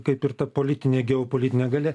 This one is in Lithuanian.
kaip ir ta politinė geopolitinė galia